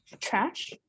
trash